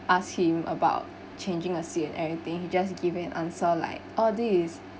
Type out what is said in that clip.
asked him about changing a seat and everything he just give me an answer like oh this is